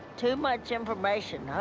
too much information.